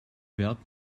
wert